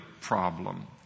problem